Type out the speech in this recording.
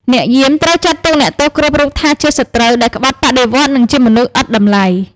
អ្នកយាមត្រូវចាត់ទុកអ្នកទោសគ្រប់រូបថាជា «សត្រូវ» ដែលក្បត់បដិវត្តន៍ និងជាមនុស្សឥតតម្លៃ។